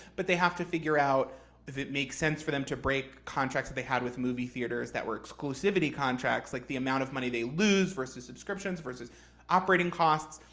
but they have to figure out if it makes sense for them to break contracts that they had with movie theaters that were exclusivity contracts, like the amount of money they lose versus subscriptions versus operating costs.